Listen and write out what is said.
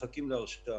מחכים להרשאה.